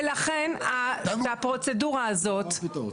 בבקשה, אני אתן גם לך וגם לא, בתנאי שאסף יקצר.